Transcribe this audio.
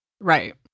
Right